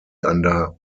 under